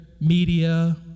media